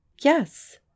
Yes